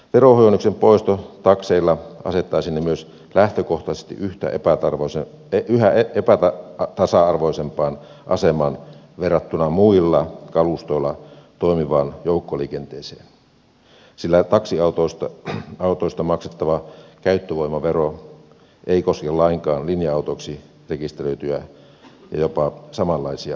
verohuojennuksen poisto takseilta asettaisi ne myös lähtökohtaisesti käypä arvo se teki hänet jo yhä epätasa arvoisempaan asemaan verrattuna muilla kalustoilla toimivaan joukkoliikenteeseen sillä taksiautoista maksettava käyttövoimavero ei koske lainkaan linja autoiksi rekisteröityä ja jopa samanlaista kalustoa